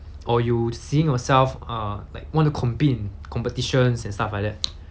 or you seeing yourself err like want to compete in competitions and stuff like that